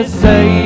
say